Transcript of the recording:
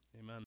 Amen